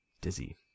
Dizzy